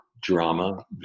drama